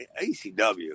ACW